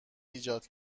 ایجاد